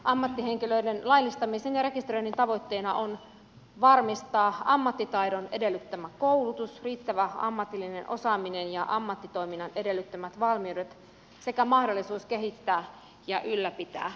ammattihenkilöiden laillistamisen ja rekisteröinnin tavoitteena on varmistaa ammattitaidon edellyttämä koulutus riittävä ammatillinen osaaminen ja ammattitoiminnan edellyttämät valmiudet sekä mahdollisuus kehittää ja ylläpitää ammattiaan